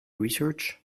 research